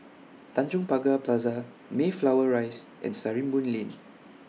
Tanjong Pagar Plaza Mayflower Rise and Sarimbun Lane